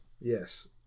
Yes